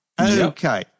Okay